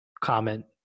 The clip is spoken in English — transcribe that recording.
comment